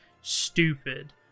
stupid